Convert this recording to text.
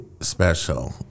special